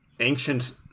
Ancient